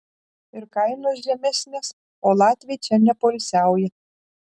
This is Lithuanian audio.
ir kainos žemesnės o latviai čia nepoilsiauja